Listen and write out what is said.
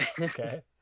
Okay